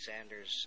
Sanders